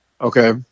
Okay